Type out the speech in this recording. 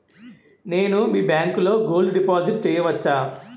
నేను మీ బ్యాంకులో గోల్డ్ డిపాజిట్ చేయవచ్చా?